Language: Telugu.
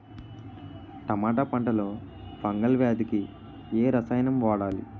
టమాటా పంట లో ఫంగల్ వ్యాధికి ఏ రసాయనం వాడాలి?